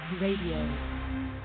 Radio